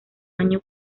año